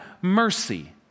mercy